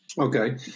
Okay